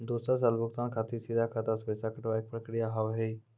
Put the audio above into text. दोसर साल भुगतान खातिर सीधा खाता से पैसा कटवाए के प्रक्रिया का हाव हई?